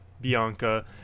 Bianca